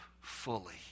fully